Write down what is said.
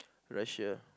Russia